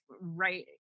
right